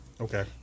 Okay